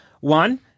one